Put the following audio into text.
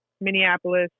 Minneapolis